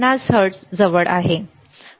50 hertz जवळ ठीक आहे धन्यवाद